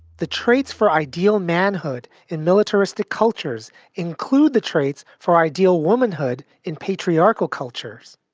the traits for ideal manhood in militaristic cultures include the traits for ideal womanhood in patriarchal cultures.